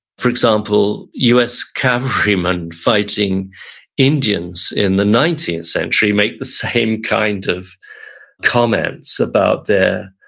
for example, us cavalry men fighting indians in the nineteenth century, make the same kind of comments about their